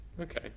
okay